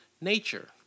nature